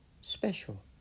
special